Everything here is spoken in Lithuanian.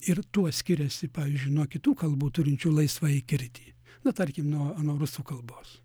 ir tuo skiriasi pavyzdžiui nuo kitų kalbų turinčių laisvąjį kirtį na tarkim nuo nuo rusų kalbos